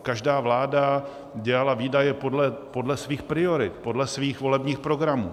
Každá vláda dělala výdaje podle svých priorit, podle svých volebních programů.